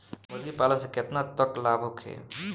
मुर्गी पालन से केतना तक लाभ होखे?